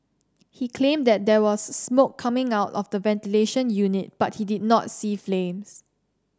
he claimed that there was smoke coming out of the ventilation unit but he did not see flames